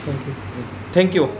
thank you